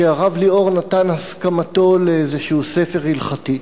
שהרב ליאור נתן הסכמתו לאיזה ספר הלכתי.